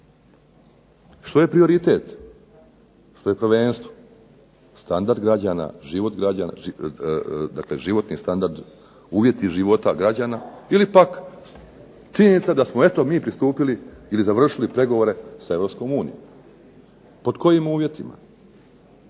Što je prioritet, što je prvenstvo, standard građana, život građana, životni standard, uvjeti života građana ili pak činjenica da smo mi pristupili ili završili pregovore sa Europskom unijom,